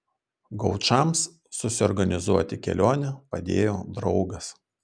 gaučams susiorganizuoti kelionę padėjo draugas